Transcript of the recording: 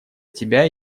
тебя